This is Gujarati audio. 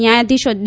ન્યાયાધીશો ડી